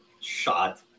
Shot